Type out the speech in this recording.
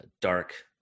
dark